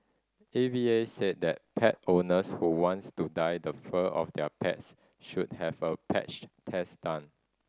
A V A said that pet owners who wants to dye the fur of their pets should have a patch test done